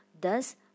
thus